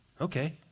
Okay